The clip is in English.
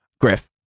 Griff